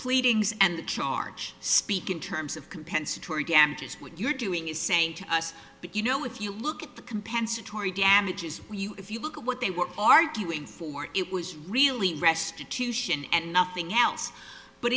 pleadings and charge speak in terms of compensatory damages what you're doing is saying to us you know if you look at the compensatory damages if you look at what they were arguing for it was really restitution and nothing else but